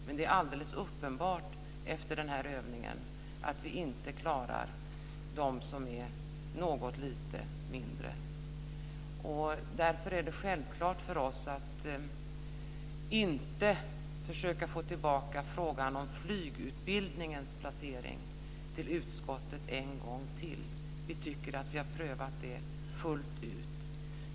Det är alldeles uppenbart efter denna övning att vi inte klarar de som är något lite mindre. Därför är det självklart för oss att inte försöka få tillbaka frågan om flygutbildningens placering till utskottet en gång till. Vi tycker att vi har prövat den fullt ut.